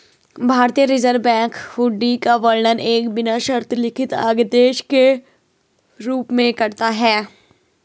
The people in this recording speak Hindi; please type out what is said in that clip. भारतीय रिज़र्व बैंक हुंडी का वर्णन एक बिना शर्त लिखित आदेश के रूप में करता है